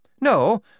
No